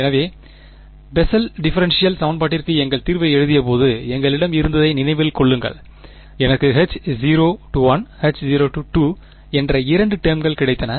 எனவே Bessel differential சமன்பாட்டிற்கு எங்கள் தீர்வை எழுதியபோது எங்களிடம் இருந்ததை நினைவில் கொள்ளுங்கள் எனக்கு H0 H0 என்ற இரண்டு டெர்ம்கள் கிடைத்தன